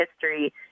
history